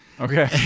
Okay